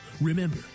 Remember